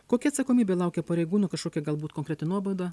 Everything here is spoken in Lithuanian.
kokia atsakomybė laukia pareigūno kažkokia galbūt konkreti nuobauda